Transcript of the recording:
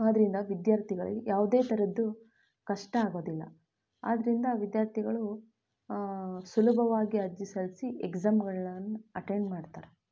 ಆದ್ದರಿಂದ ವಿದ್ಯಾರ್ಥಿಗಳಿಗೆ ಯಾವುದೇ ಥರದ್ದು ಕಷ್ಟ ಆಗೋದಿಲ್ಲ ಆದ್ದರಿಂದ ವಿದ್ಯಾರ್ಥಿಗಳು ಸುಲಭವಾಗಿ ಅರ್ಜಿ ಸಲ್ಲಿಸಿ ಎಕ್ಸಾಮ್ಗಳನ್ ಅಟೆಂಡ್ ಮಾಡ್ತಾರೆ